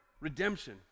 redemption